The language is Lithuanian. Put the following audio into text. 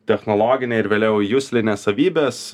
technologinė ir vėliau juslinė savybės